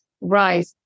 Right